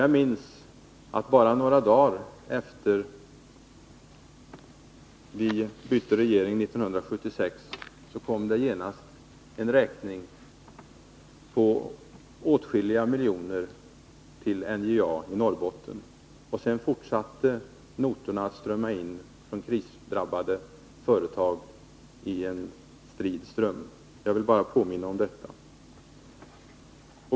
Jag minns att bara några dagar efter det att vi bytte regering 1976 så kom det genast en räkning på åtskilliga miljoner till NJA i Norrbotten, och sedan fortsatte notorna att strömma in från krisdrabbade företag i en strid ström. Jag vill bara påminna om detta.